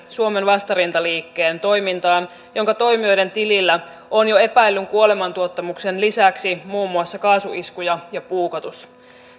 suomen vastarintaliikkeen toimintaan jonka toimijoiden tilillä on jo epäillyn kuolemantuottamuksen lisäksi muun muassa kaasuiskuja ja puukotus